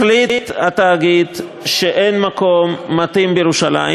החליט התאגיד שאין מקום מתאים בירושלים.